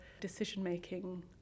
decision-making